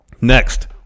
Next